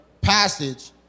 passage